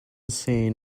seen